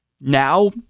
now